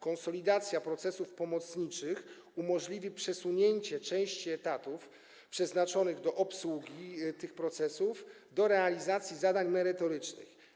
Konsolidacja procesów pomocniczych umożliwi przesunięcie części etatów, które przeznaczone są do obsługi tych procesów, do realizacji zadań merytorycznych.